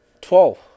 Twelve